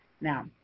Now